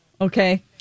Okay